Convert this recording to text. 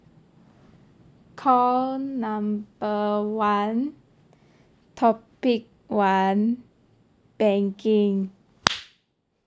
call number one topic one banking